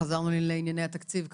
חזרנו לענייני התקציב כמובן.